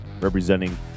representing